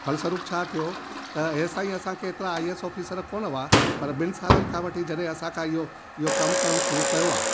फलस्वररूप छा थिओ हेंसि ताईं असांखे एतिरा आईएएस ऑफिसर कोन्ह हुआ पर बिनि सालनि खां वठी जॾहिं असांखा इहो इहो कम करण शुरू कयो आहे